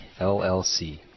LLC